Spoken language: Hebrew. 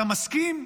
אתה מסכים?